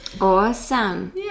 Awesome